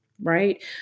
Right